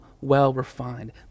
well-refined